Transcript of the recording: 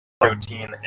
protein